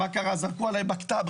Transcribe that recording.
זרקו עליו בקט"ב,